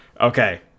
okay